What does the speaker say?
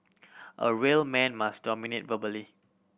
a real man must dominate verbally